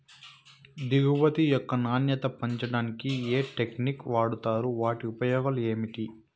దిగుబడి యొక్క నాణ్యత పెంచడానికి ఏ టెక్నిక్స్ వాడుతారు వాటి ఉపయోగాలు ఏమిటి?